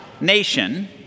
nation